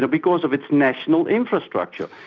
ah because of its national infrastructure.